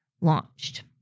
launched